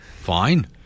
Fine